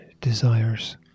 desires